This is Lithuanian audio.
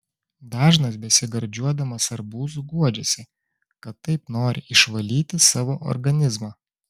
dažnas besigardžiuodamas arbūzu guodžiasi kad taip nori išvalyti savo organizmą